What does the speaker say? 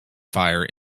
fire